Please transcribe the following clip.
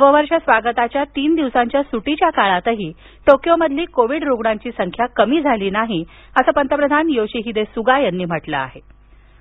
नववर्ष स्वागताच्या तीन दिवसांच्या सुटीच्या काळातही टोक्योमधली कोविड रुग्णांची संख्या कमी झाली नाही असं पंतप्रधान योशिहीदे सुगा यांनी सांगितलं